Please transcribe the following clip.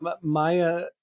maya